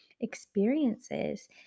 experiences